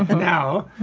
now.